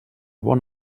bon